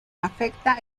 afecta